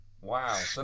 Wow